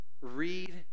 read